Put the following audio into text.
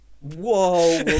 Whoa